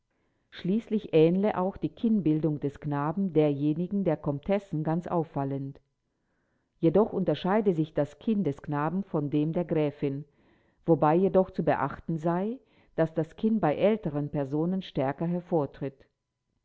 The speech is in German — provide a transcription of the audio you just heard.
schließlich ähnele auch die kinnbildung des knaben derjenigen der komtessen ganz auffallend jedoch unterscheide sich das kinn des knaben von dem der gräfin wobei jedoch zu beachten sei daß das kinn bei älteren personen stärker hervortritt